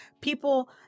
People